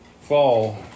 fall